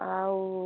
ଆଉ